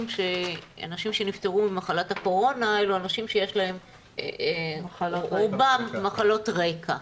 שאנשים שנפטרו ממחלת הקורונה רובם אנשים עם מחלות רקע,